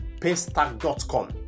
paystack.com